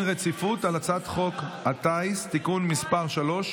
רציפות על הצעת חוק הטיס (תיקון מס' 3),